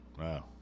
Wow